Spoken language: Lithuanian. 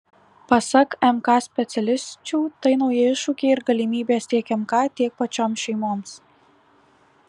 pasak mk specialisčių tai nauji iššūkiai ir galimybės tiek mk tiek pačioms šeimoms